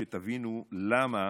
כדי שתבינו למה